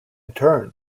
turn